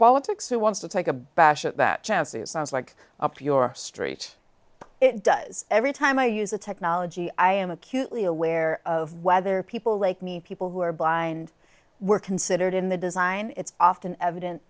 politics who wants to take a bashing chances sounds like up your street it does every time i use a technology i am acutely aware of whether people like me people who are blind were considered in the design it's often eviden